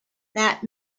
that